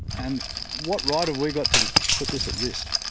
and what right have we got to put this at risk?